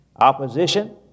opposition